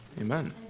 amen